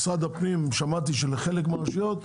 משרד הפנים: שמעתי שלחלק מהרשויות,